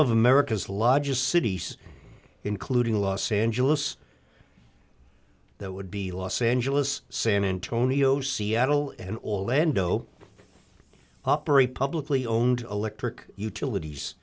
of america's largest cities including los angeles that would be los angeles san antonio seattle and orlando operate publicly owned electric utilities